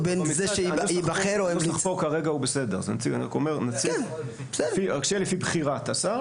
הנוסח פה כרגע הוא בסדר, רק שיהיה לפי בחירת השר.